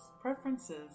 preferences